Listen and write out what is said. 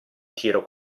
tiro